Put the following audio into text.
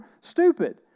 stupid